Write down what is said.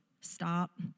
stop